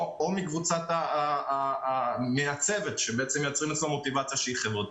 או מהצוות שמייצרים אצלו מוטיבציה חברתית.